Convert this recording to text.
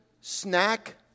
snack